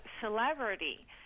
celebrity